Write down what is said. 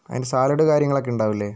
അതിന് സാലഡ് കാര്യങ്ങളൊക്കെ ഉണ്ടാവില്ലേ